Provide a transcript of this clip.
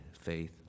faith